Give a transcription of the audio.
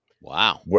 Wow